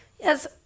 Yes